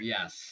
Yes